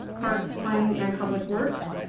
parks planning and public works.